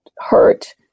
hurt